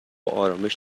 آرامش